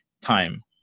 time